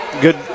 good